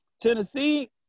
Tennessee